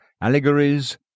allegories